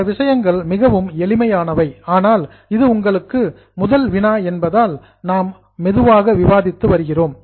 இந்த விஷயங்கள் மிகவும் எளிமையானவை ஆனால் இது உங்களுக்கு முதல் வினா என்பதால் நாம் மெதுவாக விவாதித்து வருகிறோம்